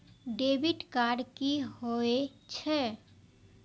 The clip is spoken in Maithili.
डेबिट कार्ड की होय छे?